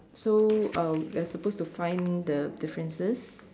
so uh we are supposed to find the differences